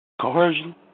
coercion